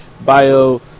bio